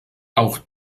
auch